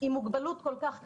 עם מוגבלות כל כך קשה,